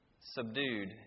subdued